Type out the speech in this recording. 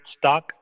stock